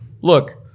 look